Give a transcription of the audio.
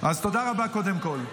אז תודה רבה, קודם כול.